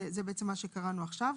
זה בעצם מה שקראנו עכשיו.